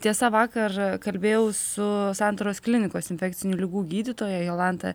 tiesa vakar kalbėjau su santaros klinikos infekcinių ligų gydytoja jolanta